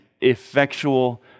effectual